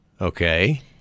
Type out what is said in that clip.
Okay